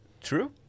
True